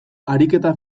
ariketa